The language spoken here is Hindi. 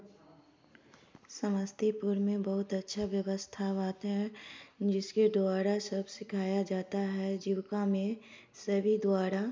समस्तीपुर में बहुत अच्छा व्यवस्था बात है जिसके द्वारा सब सिखाया जाता है जीविका में सेवी द्वारा